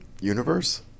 Universe